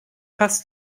passt